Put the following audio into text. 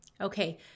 Okay